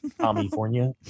California